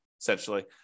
essentially